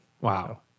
Wow